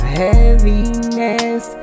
heaviness